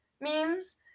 memes